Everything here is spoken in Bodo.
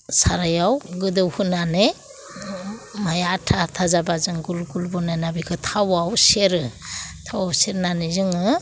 सारायाव गोदौ होनानै माइ आथा आथा जाबा जों गुल गुल बानायना बेखौ थावआव सेरो थावआव सेरनानै जोङो